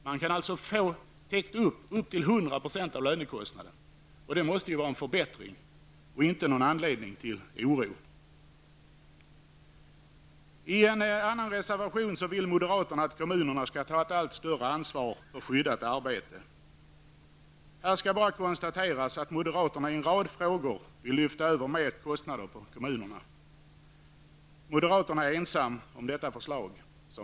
Man kan alltså täcka in lönekostnaden upp till 100 %. Det måste ju vara en förbättring och bör inte kunna ge anledning till oro. I en annan reservation skriver moderaterna att kommunerna skall ta ett allt större ansvar för skyddat arbete. Här skall bara konstateras att moderaterna i en rad frågor vill lyfta över mer kostnader på kommunerna. Moderaterna är, som väl är, ensamma om detta förslag.